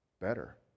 better